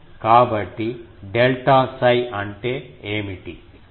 కాబట్టి డెల్టా 𝜓 అంటే ఏమిటి